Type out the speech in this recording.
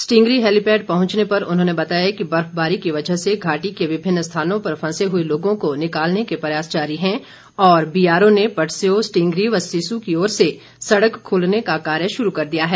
Stingri helipad पहुंचने पर उन्होंने बताया कि बर्फबारी की वजह से घाटी के विभिन्न स्थानों पर फंसे हुए लोगों को निकालने के प्रयास जारी है और बीआरओ ने पटसेओ स्टींगरी व सिस्सू की ओर से सड़क खोलने का कार्य शुरू कर दिया है